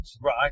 Right